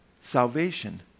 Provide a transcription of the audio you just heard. Salvation